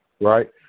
Right